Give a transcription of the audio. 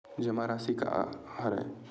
जमा राशि राशि का हरय?